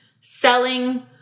selling